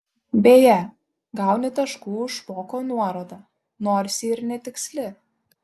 beje gauni taškų už špoko nuorodą nors ji ir netiksli